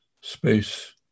space